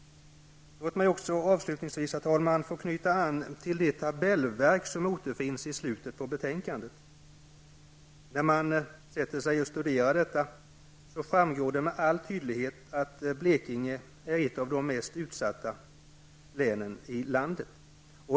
Låt mig också avslutningsvis, herr talman, få knyta an till det tabellverk som återfinns i slutet av betänkandet. När man studerar detta framgår det med all tydlighet att Blekinge är ett av de mest utsatta länen i landet.